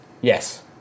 Yes